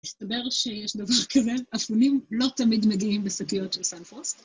‫הסתבר שיש דבר כזה, ‫אפונים לא תמיד מגיעים בשקיות של סנפרוסט.